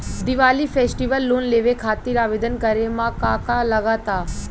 Diwali festival loan लेवे खातिर आवेदन करे म का का लगा तऽ?